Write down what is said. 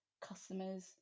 customers